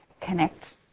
connect